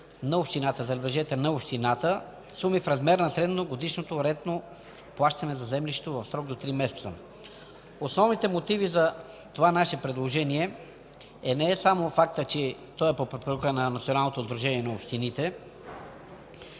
на общината – забележете, суми в размер на средногодишното рентно плащане за землището в срок до 3 месеца. Основните мотиви за това наше предложение не е само фактът, че е по препоръка на Националното сдружение на общините.